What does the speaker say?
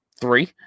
three